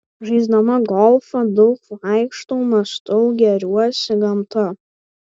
žaisdama golfą daug vaikštau mąstau gėriuosi gamta